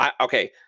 okay